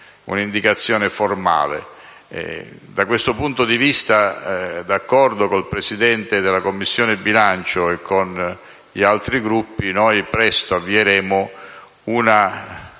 un'indicazione formale. Da questo punto di vista, d'accordo con il Presidente della Commissione bilancio e con gli altri Gruppi, presto avvieremo un